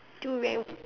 two round